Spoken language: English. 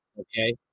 Okay